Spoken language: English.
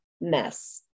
mess